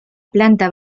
planta